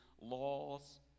laws